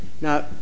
now